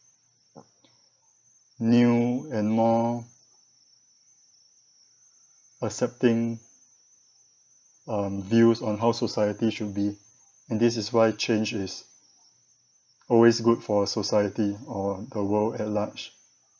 new and more accepting um views on how society should be and this is why change is always good for a society or the world at large